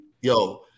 yo